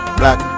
black